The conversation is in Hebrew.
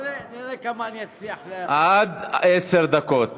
נראה, נראה כמה אני אצליח, עד עשר דקות.